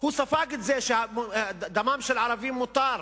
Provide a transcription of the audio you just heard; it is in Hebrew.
הוא ספג את זה שדמם של ערבים מותר.